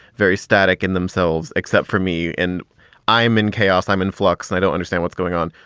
very static in themselves except for me. and i'm in chaos. i'm in flux. i don't understand what's going on.